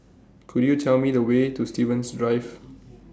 Could YOU Tell Me The Way to Stevens Drive